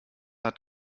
hat